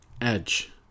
Edge